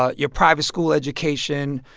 ah your private school education.